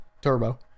Turbo